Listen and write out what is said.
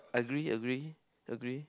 agree agree agree